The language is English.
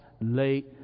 late